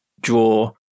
draw